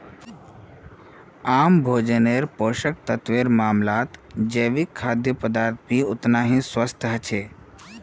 आम भोजन्नेर पोषक तत्वेर मामलाततजैविक खाद्य पदार्थ भी ओतना ही स्वस्थ ह छे